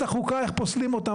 אך מעולם לא פקפקתי אפילו לשנייה,